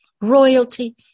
royalty